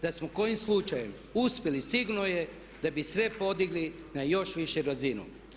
Da smo kojim slučajem uspjeli sigurno je da bi sve podigli na još višu razinu.